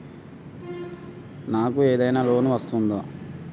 నాకు ఏదైనా లోన్ వస్తదా?